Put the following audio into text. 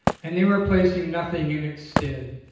and they were placing nothing in its stead.